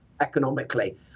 economically